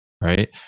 right